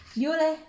you leh